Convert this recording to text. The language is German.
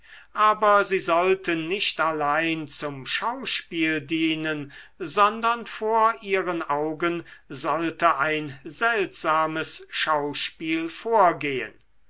aber sie sollten nicht allein zum schauspiel dienen sondern vor ihren augen sollte ein seltsames schauspiel vorgehen